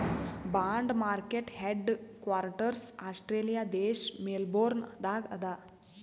bond market headquarters Australia ದೇಶ್ Melbourne ದಾಗ್ ಅದಾ